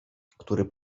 który